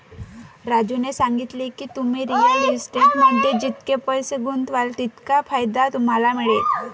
राजूने सांगितले की, तुम्ही रिअल इस्टेटमध्ये जितके पैसे गुंतवाल तितका फायदा तुम्हाला मिळेल